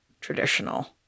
traditional